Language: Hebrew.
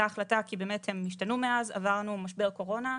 החלטה כי הם באמת השתנו מאז - עברנו משבר קורונה.